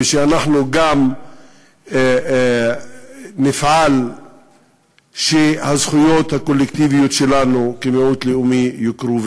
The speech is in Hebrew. ואנחנו גם נפעל שהזכויות הקולקטיביות שלנו כמיעוט לאומי יוכרו.